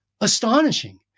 astonishing